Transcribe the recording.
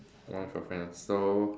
one with your friends so